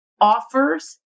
offers